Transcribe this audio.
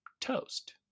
Toast